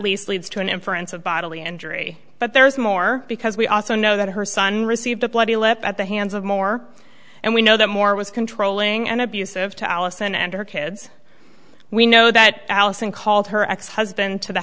least leads to an inference of bodily injury but there's more because we also know that her son received a bloody lip at the hands of moore and we know that moore was controlling and abusive to allison and her kids we know that allison called her ex husband to the